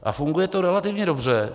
A funguje to relativně dobře.